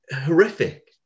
horrific